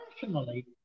personally